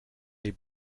les